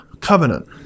covenant